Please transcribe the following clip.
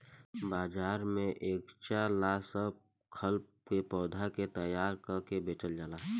बाजार में बगएचा ला सब खल के पौधा तैयार क के बेचल जाला